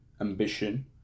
Ambition